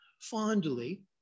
Fondly